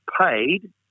paid